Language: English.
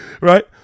Right